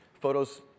Photos